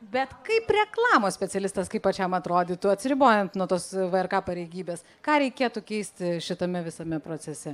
bet kaip reklamos specialistas kaip pačiam atrodytų atsiribojant nuo tos vrk pareigybės ką reikėtų keisti šitame visame procese